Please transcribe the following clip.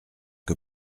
que